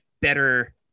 better